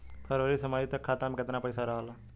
फरवरी से मई तक खाता में केतना पईसा रहल ह?